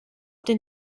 den